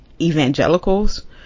evangelicals